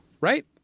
Right